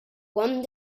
one